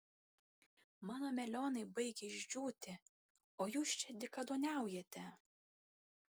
mano melionai baigia išdžiūti o jūs čia dykaduoniaujate